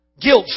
guilt